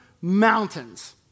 mountains